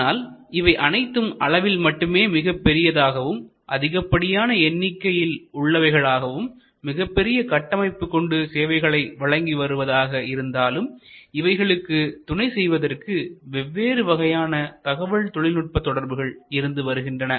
ஆனால் இவை அனைத்தும் அளவில் மட்டுமே மிகப்பெரியவையாகவும் அதிகப்படியான எண்ணிக்கையில் உள்ளவைகள் ஆகவும் மிகப்பெரிய கட்டமைப்பு கொண்டு சேவைகளை வழங்கி வருவதாக இருந்தாலும் இவைகளுக்கு துணை செய்வதற்கு வெவ்வேறு வகையான தகவல் தொழில்நுட்ப தொடர்புகள் இருந்து வருகின்றன